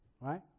right